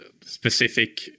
specific